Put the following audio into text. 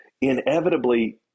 inevitably